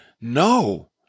no